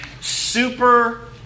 super